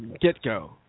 get-go